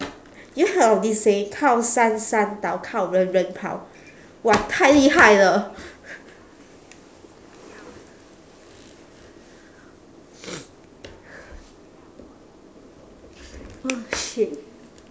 you heard of this saying 靠山山倒靠人人跑 !wah! 太厉害了 oh shit